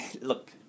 Look